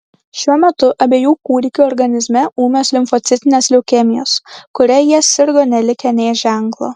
šiuo metu abiejų kūdikių organizme ūmios limfocitinės leukemijos kuria jie sirgo nelikę nė ženklo